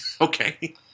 Okay